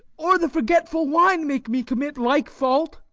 or the forgetful wine, make me commit like fault.